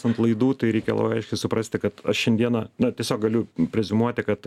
ant laidų tai reikia labai aiškiai suprasti kad aš šiandieną na tiesiog galiu preziumuoti kad